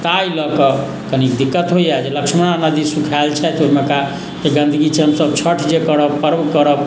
ताहि लए कऽ कनिक दिक्कत होइया जे लक्ष्मणा नदी सुखाएल छथि ओहिमेका जे गन्दगी छै हमसब हमसब छठि जे करब पर्व करब